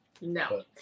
No